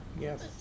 yes